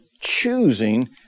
choosing